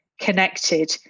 Connected